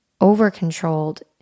over-controlled